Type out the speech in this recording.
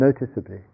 noticeably